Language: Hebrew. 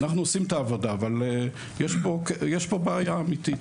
אנחנו עושים את העבודה אבל יש פה בעיה אמיתית.